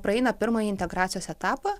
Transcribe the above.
praeina pirmąjį integracijos etapą